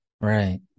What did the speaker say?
Right